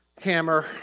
hammer